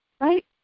Right